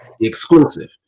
exclusive